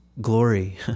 glory